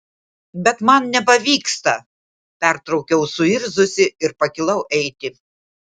bet man nepavyksta pertraukiau suirzusi ir pakilau eiti